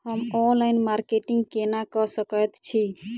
हम online marketing केना कऽ सकैत छी?